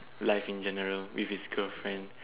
life in general with his girlfriend